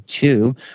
two